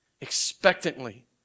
expectantly